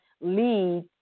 lead